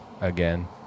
again